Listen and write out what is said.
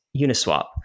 Uniswap